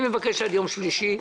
פותחים מכרז חדש והיה אם נכשלים,